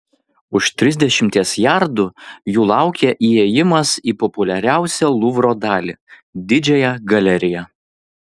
už trisdešimties jardų jų laukė įėjimas į populiariausią luvro dalį didžiąją galeriją